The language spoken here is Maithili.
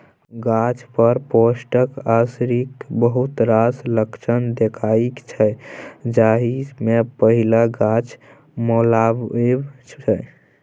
गाछ पर पेस्टक असरिक बहुत रास लक्षण देखाइ छै जाहि मे पहिल गाछक मौलाएब छै